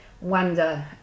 wonder